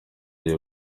gihe